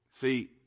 See